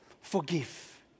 Forgive